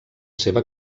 seva